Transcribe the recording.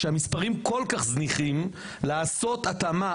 כשהמספרים כל כך זניחים לעשות התאמה,